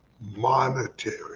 monetary